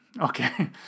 Okay